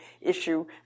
issue